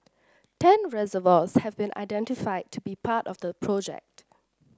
ten reservoirs have been identified to be part of the project